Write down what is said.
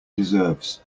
deserves